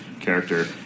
character